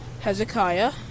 Hezekiah